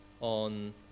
on